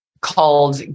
called